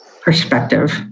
perspective